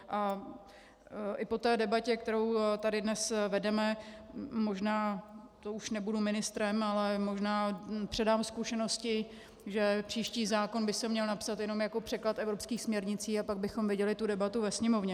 A i po té debatě, kterou tady dnes vedeme, možná, to už nebudu ministrem, ale možná předám zkušenosti, že příští zákon by se měl napsat jenom jako překlad evropských směrnic, a pak bychom viděli tu debatu ve Sněmovně.